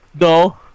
No